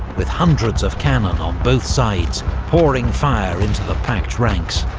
with hundreds of cannon on both sides pouring fire into the packed ranks.